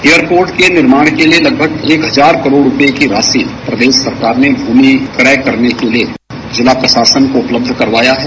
airport के निर्माण के लिये लगभग एक हजार करोड़ रूपये की राशि प्रदेश सरकार ने भूमि क्रय करने के लिये जिला प्रशासन को उपलब्ध कराया है